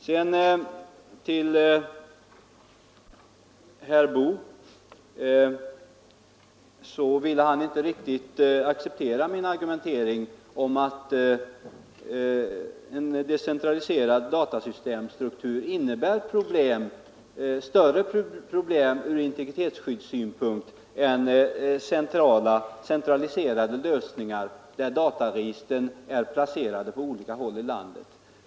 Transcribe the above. Sedan till herr Boo. Han ville inte riktigt acceptera min argumentering om att en decentraliserad datasystemstruktur innebär större problem från integritetsskyddssynpunkt än centraliserade lösningar, där dataregistren är placerade på olika håll i landet.